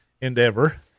endeavor